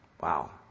Wow